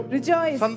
Rejoice